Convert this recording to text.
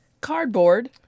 Cardboard